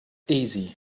easy